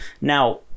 now